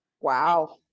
wow